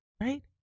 right